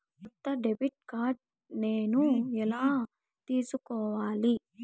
కొత్త debit card నేను ఎలా తీసుకోవాలి?